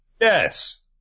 Yes